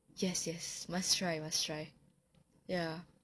yes yes must try must try ya